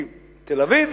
כי תל-אביב